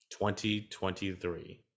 2023